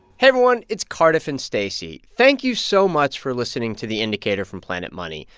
hey, everyone. it's cardiff and stacey. thank you so much for listening to the indicator from planet money.